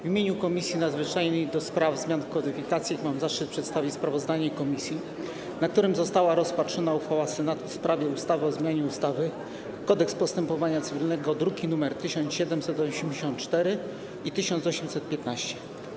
W imieniu Komisji Nadzwyczajnej do spraw zmian w kodyfikacjach mam zaszczyt przedstawić sprawozdanie komisji o uchwale Senatu w sprawie ustawy o zmianie ustawy - Kodeks postępowania cywilnego, druki nr 1784 i 1815.